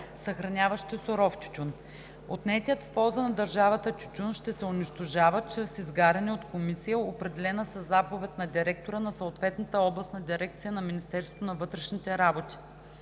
съхраняващи суров тютюн. Отнетият в полза на държавата тютюн ще се унищожава чрез изгаряне от комисия, определена със заповед на директора на съответната областна дирекция на